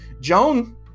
Joan